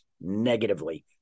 negatively